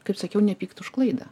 kaip sakiau nepykt už klaidą